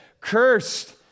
cursed